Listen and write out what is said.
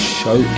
show